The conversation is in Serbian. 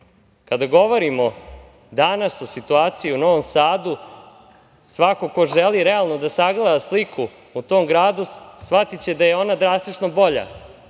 govorimo danas o situaciji u Novom Sadu, svako ko želi realno da sagleda sliku o tom gradu shvatiće da je ona drastično bolja,